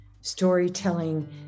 storytelling